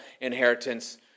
inheritance